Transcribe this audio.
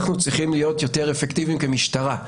אנחנו צריכים להיות יותר אפקטיביים כמשטרה,